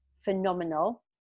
phenomenal